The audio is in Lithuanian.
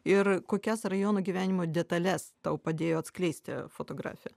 ir kokias rajono gyvenimo detales tau padėjo atskleisti fotografija